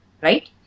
right